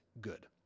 good